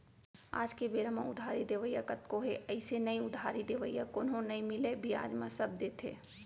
आज के बेरा म उधारी देवइया कतको हे अइसे नइ उधारी देवइया कोनो मनसे नइ मिलय बियाज म सब देथे